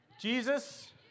Jesus